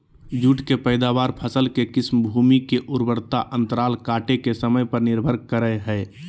जुट के पैदावार, फसल के किस्म, भूमि के उर्वरता अंतराल काटे के समय पर निर्भर करई हई